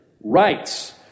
rights